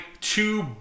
two